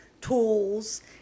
tools